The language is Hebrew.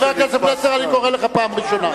חבר הכנסת פלסנר, אני קורא לך פעם ראשונה.